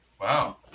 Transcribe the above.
Wow